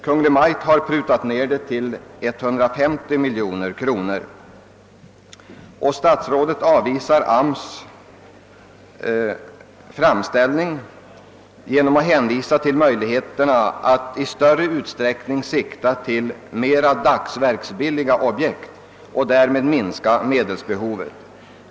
Kungl. Maj:t har prutat ned beloppet till 150 miljoner kronor, och departemetschefen avvisar AMS:s framställning om 200 miljoner kronor genom att hänvisa till möjligheterna att i större utsträckning sikta till mera dagsverksbilliga objekt och därmed minska medelsbehovet.